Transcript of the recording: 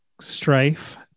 strife